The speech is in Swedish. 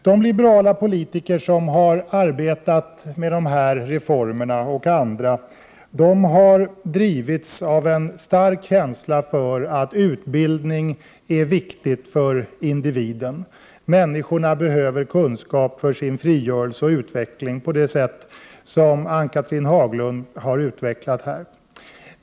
De liberala politiker som har arbetat med dessa reformer och andra har drivits av en stark känsla för att utbildning är viktig för individen. Människorna behöver kunskap för sin frigörelse och utveckling på det sätt som Ann-Cathrine Haglund har utvecklat här.